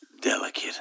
delicate